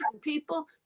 people